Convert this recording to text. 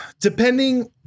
depending